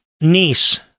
niece